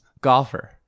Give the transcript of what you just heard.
Golfer